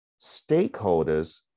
Stakeholders